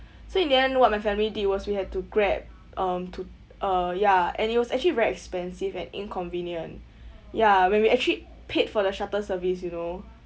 so in the end what my family did was we have to grab um to uh ya and it was actually very expensive and inconvenient ya when we actually paid for the shuttle service you know